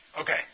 Okay